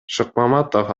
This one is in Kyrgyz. шыкмаматов